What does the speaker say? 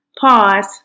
pause